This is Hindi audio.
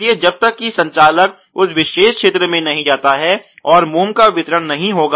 इसलिए जब तक कि संचालक उस विशेष क्षेत्र में नहीं जाता है और मोम का वितरण नहीं होगा